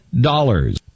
dollars